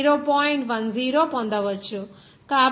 10 పొందవచ్చు